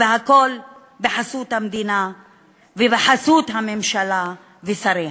והכול בחסות המדינה ובחסות הממשלה ושריה.